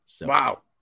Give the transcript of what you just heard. Wow